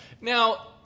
Now